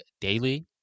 daily